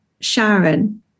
Sharon